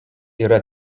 yra